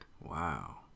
Wow